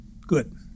good